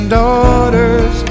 daughters